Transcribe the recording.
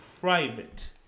private